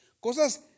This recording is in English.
Cosas